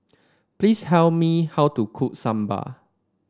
please tell me how to cook sambal